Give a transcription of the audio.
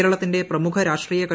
കേരളത്തിന്റെ പ്രമുഖ രാഷ്ട്രീയുട്ടു